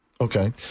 Okay